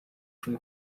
from